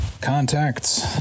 contacts